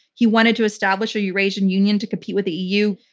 he wanted to establish a eurasian union to compete with the eu.